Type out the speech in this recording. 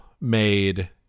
made